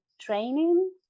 training